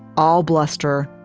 all bluster,